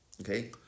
Okay